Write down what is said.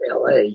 LA